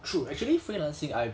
true actually freelancing I've